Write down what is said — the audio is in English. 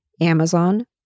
Amazon